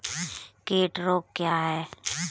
कीट रोग क्या है?